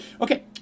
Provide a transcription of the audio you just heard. okay